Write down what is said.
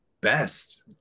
best